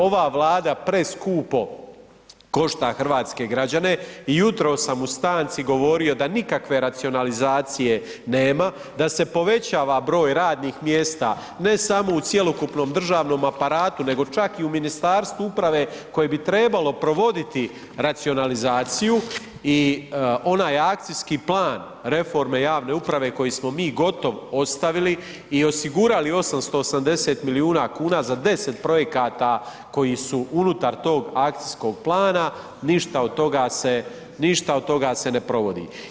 Ova Vlada preskupo košta hrvatske građane i jutros sam u stanci govorio da nikakve racionalizacije nema, da se poveća broj radnih mjesta, ne samo u cjelokupnom državnom aparatu nego čak i u Ministarstvu uprave koje bi trebalo provoditi racionalizaciju i onaj Akcijski plan reforme javne uprave koje smo mi gotov ostavili i osigurali 880 milijuna kuna za 10 projekata koji su unutar tog Akcijskog plana, ništa se od toga ne provodi.